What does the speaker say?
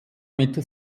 mit